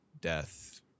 death